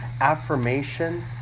affirmation